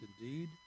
indeed